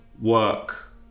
work